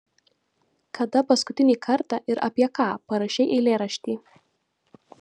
kada paskutinį kartą ir apie ką parašei eilėraštį